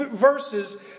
verses